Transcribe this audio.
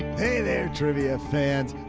hey there, trivia fans.